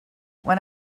when